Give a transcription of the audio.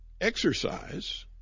exercise